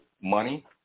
money